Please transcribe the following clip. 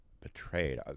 betrayed